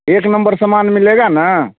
एक नम्बर सामान मिलेगा न